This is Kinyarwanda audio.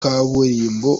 kaburimbo